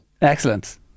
Excellent